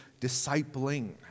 discipling